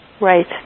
right